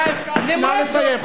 נא לסיים.